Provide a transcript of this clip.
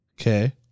Okay